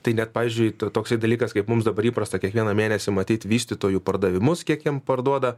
tai net pavyzdžiui to toksai dalykas kaip mums dabar įprasta kiekvieną mėnesį matyt vystytojų pardavimus kiek jiem parduoda